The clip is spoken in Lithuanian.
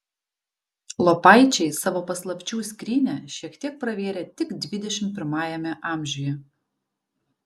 lopaičiai savo paslapčių skrynią šiek tiek pravėrė tik dvidešimt pirmajame amžiuje